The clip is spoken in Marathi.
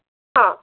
हं